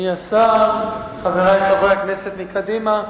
אדוני השר, חברי חברי הכנסת מקדימה,